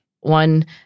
One